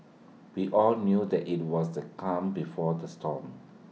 we all knew that IT was the calm before the storm